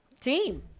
team